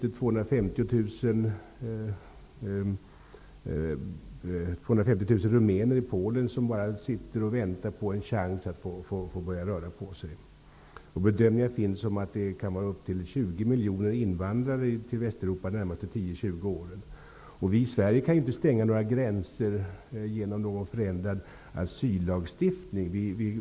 I dag finns det 250 000 rumäner i Polen som bara sitter och väntar på en chans att få börja röra på sig. Man har bedömt att det under de närmaste 10--20 åren kan komma uppemot 20 miljoner invandrare till Västeuropa. Sverige kan ju inte stänga sina gränser genom en förändrad asyllagstiftning.